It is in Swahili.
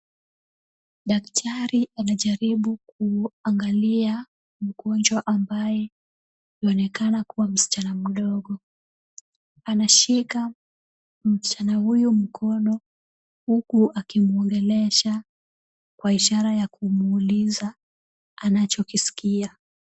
Daktari anajaribu kumuangalia mgonjwa ambaye anaonekana kuwa msichana mdogo. Anashika msichana huyu mkono huku akimuongelesha kwa ishara ya kumuuliza anachokisikia.